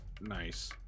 Nice